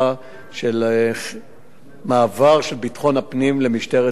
על מעבר של ביטחון הפנים למשטרת ישראל,